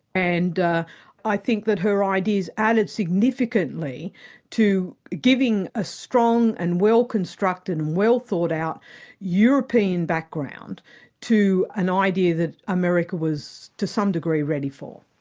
and i think that her ideas added significantly to giving a strong and well constructed and well thought out european background to an idea that america was to some degree ready for.